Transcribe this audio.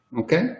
Okay